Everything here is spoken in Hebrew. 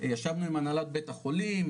ישבנו עם הנהלת בית החולים,